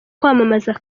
kwamamaza